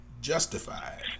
Justified